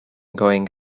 going